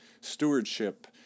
stewardship